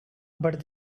but